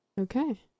Okay